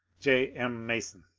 j. m. mason.